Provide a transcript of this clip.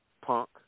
punk